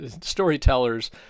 storytellers